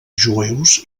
jueus